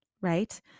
right